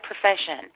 profession